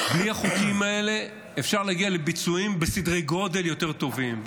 בלי החוקים האלה אפשר להגיע לביצועים בסדרי גודל יותר טובים,